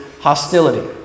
hostility